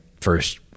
first